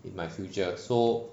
in my future so